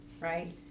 right